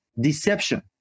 Deception